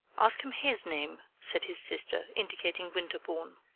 ask him his name, said his sister, indicating winterbourne.